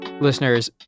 listeners